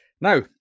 Now